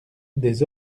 des